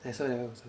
I saw that